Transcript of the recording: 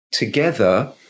Together